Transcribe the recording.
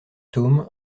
tome